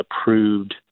approved